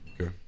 Okay